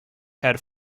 had